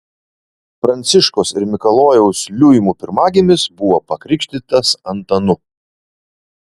pranciškos ir mikalojaus liuimų pirmagimis buvo pakrikštytas antanu